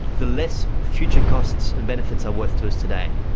the less future costs and benefits are worth to us today.